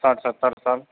साठि सत्तरि साल